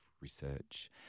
research